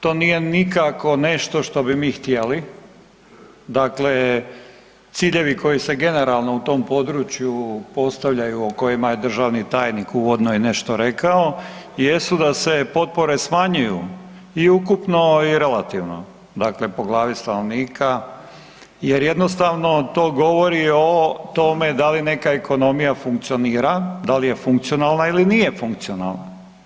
To nije nikako nešto što bi mi htjeli, dakle ciljevi koji se generalno u tom području postavljaju o kojima je državni tajnik uvodno i nešto rekao jesu da se potpore smanjuju i ukupno i relativno, dakle po glavi stanovnika jer jednostavno to govori o tome da li neka ekonomija funkcionira, da li je funkcionalna ili nije funkcionalna.